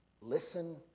listen